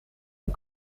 een